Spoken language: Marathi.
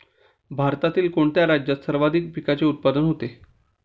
भारतातील कोणत्या राज्यात सर्वाधिक पिकाचे उत्पादन होते?